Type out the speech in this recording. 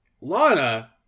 Lana